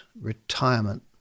retirement